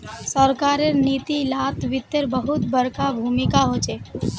सरकारेर नीती लात वित्तेर बहुत बडका भूमीका होचे